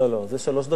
לא, זה שלוש דקות.